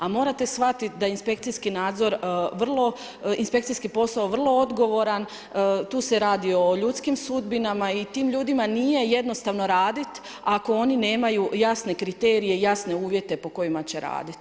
A morate shvatiti da inspekcijski nadzor, inspekcijski posao, vrlo odgovoran, tu se radi o ljudskim sudbinama i tim ljudima nije jednostavno raditi, ako oni nemaju jasne kriterije i jasne uvjete po kojima će raditi.